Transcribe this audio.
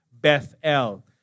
Bethel